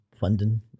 funding